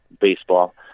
baseball